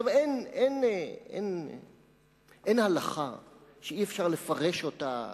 אין הלכה שאי-אפשר לפרש אותה